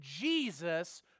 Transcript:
Jesus